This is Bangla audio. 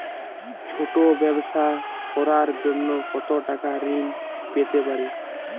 ছোট ব্যাবসা করার জন্য কতো টাকা ঋন পেতে পারি?